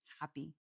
happy